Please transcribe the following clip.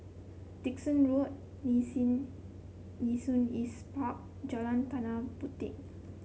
Dickson Road Nee Nee Soon East Park Jalan Tanah Puteh